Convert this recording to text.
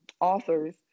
authors